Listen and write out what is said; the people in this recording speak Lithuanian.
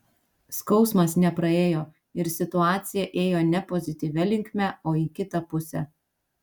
skausmas nepraėjo ir situacija ėjo ne pozityvia linkme o į kitą pusę